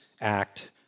act